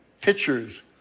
pictures